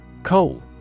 Coal